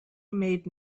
made